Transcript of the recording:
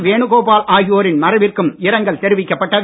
வேணுகோபால் ஆகியோரின் மறைவிற்கும் இரங்கல் தெரிவிக்கப்பட்டது